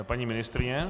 Paní ministryně?